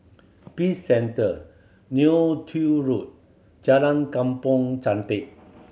Peace Centre Neo Tiew Road Jalan Kampong Chantek